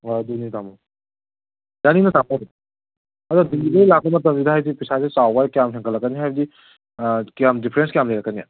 ꯑꯣ ꯑꯗꯨꯅꯤ ꯇꯥꯃꯣ ꯌꯥꯅꯤꯅ ꯇꯥꯃꯣ ꯑꯗꯨꯝ ꯑꯗꯣ ꯗꯤꯂꯤꯕꯔꯤ ꯂꯥꯛꯄꯒꯤ ꯃꯇꯝꯁꯤꯗ ꯍꯥꯏꯗꯤ ꯄꯩꯁꯥꯁꯦ ꯆꯥꯎꯒꯗ꯭ꯔꯥ ꯀꯌꯥꯝ ꯍꯦꯟꯒꯠꯂꯛꯀꯅꯤ ꯍꯥꯏꯕꯗꯤ ꯗꯤꯐ꯭ꯔꯦꯟꯁ ꯀꯌꯥꯝ ꯂꯩꯔꯛꯀꯅꯤ